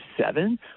seven